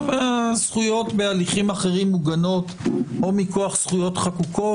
הזכויות בהליכים אחרים מוגנות או מכוח זכויות חקוקות